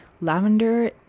lavender